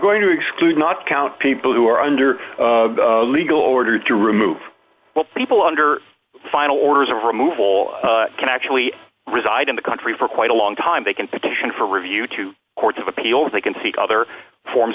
going to exclude not count people who are under legal order to remove people under final orders of removal can actually reside in the country for quite a long time they can petition for review to courts of appeals they can seek other forms